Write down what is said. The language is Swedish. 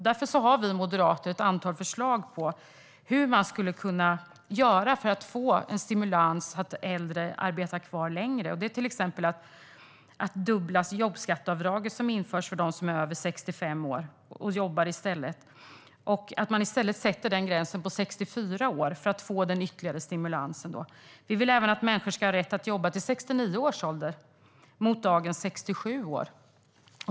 Därför har vi moderater ett antal förslag på hur man skulle kunna göra för att få en stimulans så att äldre arbetar kvar längre. Det gäller till exempel det dubbla jobbskatteavdraget, som införs för dem som är över 65 år och jobbar. Det handlar om att man i stället sätter den gränsen vid 64 år för att få den ytterligare stimulansen. Vi vill även att människor ska ha rätt att jobba till 69 års ålder jämfört med dagens 67 år.